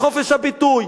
חופש הביטוי,